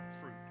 fruit